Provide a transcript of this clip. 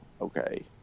okay